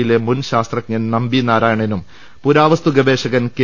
യിലെ മുൻ ശാസ്ത്ര ജ്ഞൻ നമ്പിനാരായണനും പുരാവസ്തുഗവേഷകൻ കെ